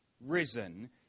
risen